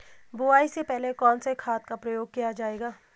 बुआई से पहले कौन से खाद का प्रयोग किया जायेगा?